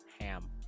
ham